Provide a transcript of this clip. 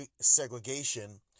segregation